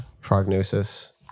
prognosis